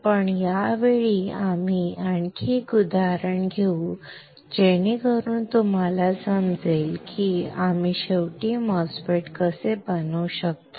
पण यावेळी आम्ही आणखी एक उदाहरण घेऊ जेणेकरुन तुम्हाला समजेल की आम्ही शेवटी MOSFET कसे बनवू शकतो